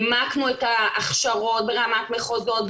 העמקנו את ההכשרות ברמת מחוזות,